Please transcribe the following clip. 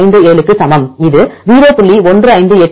0157 க்கு சமம் இது 0